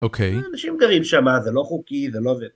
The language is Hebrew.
אוקיי. אנשים גרים שם, זה לא חוקי, זה לא...